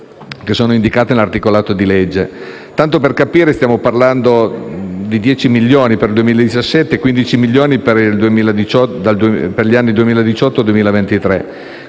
sono indicate nell'articolato di legge. Tanto per capirci, stiamo parlando di 10 milioni per il 2017 e di 15 milioni l'anno per gli anni 2018-2023.